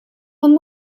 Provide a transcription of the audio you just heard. van